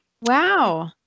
Wow